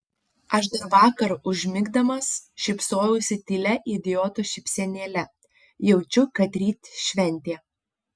aš dar vakar užmigdamas šypsojausi tylia idioto šypsenėle jaučiau kad ryt šventė